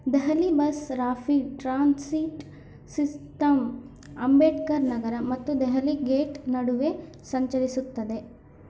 Delhi bus rapid transit system Ambedkar Nagar ಮತ್ತು Delhi gate ನಡುವೆ ಸಂಚರಿಸುತ್ತದೆ